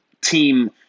team